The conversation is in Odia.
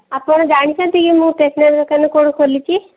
ଆପଣ ଜାଣିଚନ୍ତି କି ମୁଁ ଷ୍ଟେଟସ୍ନାରୀ ଦୋକାନ କେଉଁଠି ଖୋଲିଛି